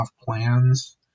plans